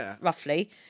roughly